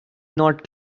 not